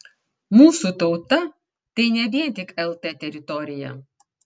mūsų tauta tai ne vien tik lt teritorija